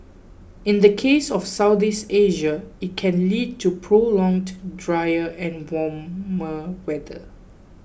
in the case of Southeast Asia it can lead to prolonged drier and warmer weather